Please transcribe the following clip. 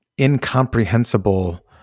incomprehensible